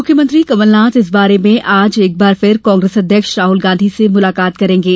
मुख्यमंत्री कमलनाथ इस बारे में आज एक बार फिर कांग्रेस अध्यक्ष राहुल गांधी से मुलाकात करेंगे